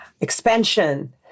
expansion